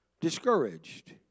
discouraged